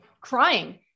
crying